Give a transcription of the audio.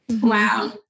Wow